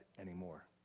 anymore